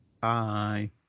Bye